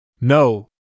No